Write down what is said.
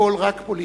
הכול רק פוליטיקה,